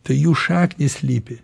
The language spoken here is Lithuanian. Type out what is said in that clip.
tai jų šaknys slypi